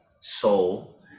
soul